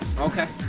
okay